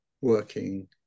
working